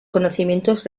conocimientos